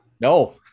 No